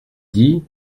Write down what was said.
dit